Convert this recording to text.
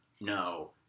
no